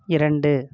இரண்டு